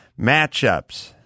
Matchups